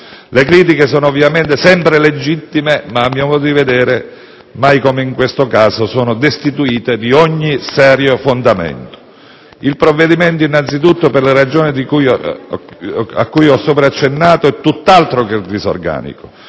Le critiche sono ovviamente sempre legittime, ma a mio modo di vedere mai come in questo caso destituite di ogni serio fondamento. Il provvedimento, innanzi tutto, per le ragioni cui ho sopra accennato è tutt'altro che disorganico.